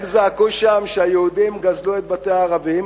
הם זעקו שם שהיהודים גזלו את בתי הערבים,